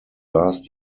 last